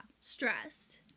stressed